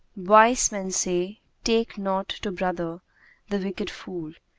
wise men say, take not to brother the wicked fool,